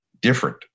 different